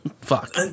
fuck